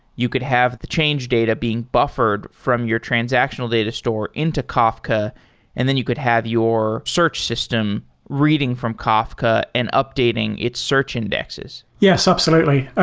you could have the change data being buffered from your transactional data store into kafka and then you could have your search system reading from kafka and updating its search indexes yes, absolutely. ah